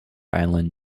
island